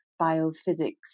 biophysics